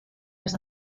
les